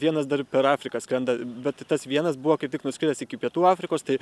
vienas dar per afriką skrenda bet tas vienas buvo kaip tik nuskridęs iki pietų afrikos tai